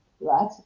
right